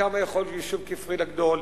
כמה יכול רישוי כפרי לגדול,